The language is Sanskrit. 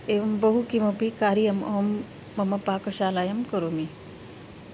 एवं बहु किमपि कार्यम् अहं मम पाकशालायां करोमि